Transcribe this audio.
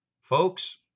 Folks